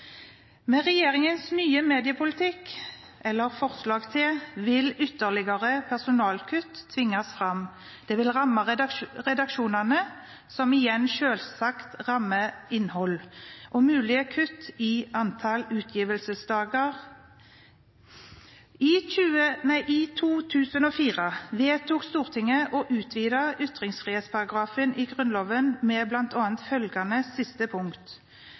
Med regjeringens nye mediepolitikk – eller forslag til det – vil ytterligere personalkutt tvinges fram. Det vil ramme redaksjonene, noe som igjen selvsagt rammer innhold og mulige kutt i antall utgivelsesdager. I 2004 vedtok Stortinget å utvide ytringsfrihetsparagrafen i Grunnloven med bl.a. følgende siste punkt: